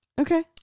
Okay